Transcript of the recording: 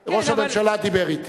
אבל ראש הממשלה דיבר אתי.